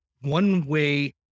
one-way